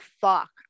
fuck